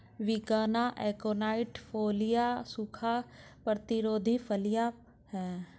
विग्ना aconitifolia सूखा प्रतिरोधी फलियां हैं